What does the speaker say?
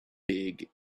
big